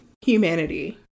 humanity